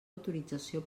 autorització